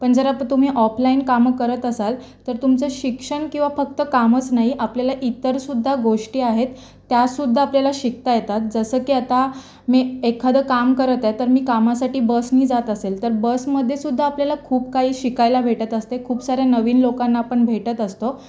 पण जर आता तुम्ही ऑपलाइन कामं करत असाल तर तुमचं शिक्षण किंवा फक्त कामच नाही आपल्याला इतरसुद्धा गोष्टी आहेत त्यासुद्धा आपल्याला शिकता येतात जसं की आता मी एखादं काम करत आहे तर मी कामासाठी बसनी जात असेल तर बसमध्येसुद्धा आपल्याला खूप काही शिकायला भेटत असते खूप सारे नवीन लोकांना आपण भेटत असतो